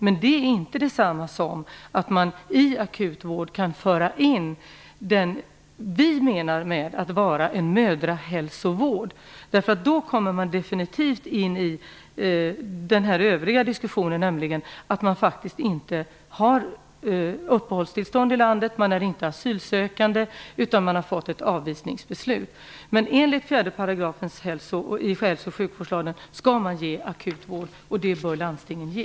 Men det är inte detsamma som att man i akut vård kan föra in det som vi menar med mödrahälsovård. Då kommer man definitivt in i diskussionen om att vårdtagaren saknar uppehållstillstånd, att hon inte är asylsökande utan har fått ett avvisningsbeslut. Men enligt 4 § i hälso och sjukvårdslagen skall man ge akut vård, och det bör landstingen ge.